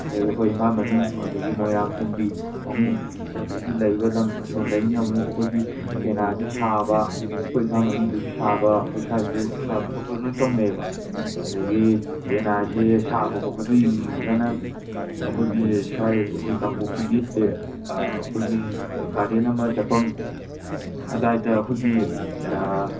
ꯑꯗꯒꯤ ꯑꯩꯈꯣꯏ ꯏꯝꯐꯥꯜ ꯃꯅꯨꯡ ꯑꯗꯒꯤ ꯃꯣꯏꯔꯥꯡ ꯀꯨꯝꯕꯤ ꯋꯥꯡꯉꯨ ꯑꯗꯒꯤ ꯂꯩꯔꯤꯕ ꯂꯝ ꯑꯁꯣꯝꯗꯒꯤꯅ ꯑꯃꯨꯛ ꯑꯩꯈꯣꯏꯒꯤ ꯄꯦꯅꯥꯁꯦ ꯁꯥꯕ ꯑꯩꯈꯣꯏ ꯏꯝꯐꯥꯜ ꯃꯅꯨꯡꯗꯁꯨ ꯑꯩꯈꯣꯏ ꯁ꯭ꯋꯥꯏꯁꯤꯗꯁꯨ ꯁꯥꯕ ꯈꯣꯠꯄ ꯂꯣꯏ ꯇꯧꯅꯩꯑꯕ ꯑꯗꯒꯤ ꯄꯦꯅꯥꯁꯦ ꯁꯥꯕ ꯈꯣꯠꯄꯗꯨ ꯌꯦꯡꯅꯤꯡꯉꯒꯅ ꯑꯩꯈꯣꯏꯒꯤ ꯁ꯭ꯋꯥꯏ ꯑꯩꯈꯣꯏ ꯀꯥꯡꯄꯣꯛꯄꯤꯒꯤ ꯑꯩꯈꯣꯏꯒꯤ ꯒꯥꯔꯗꯦꯟ ꯑꯃ ꯆꯠꯐꯝ ꯑꯗꯥꯏꯗ ꯑꯩꯈꯣꯏꯒꯤ